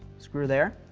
screw there.